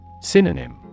Synonym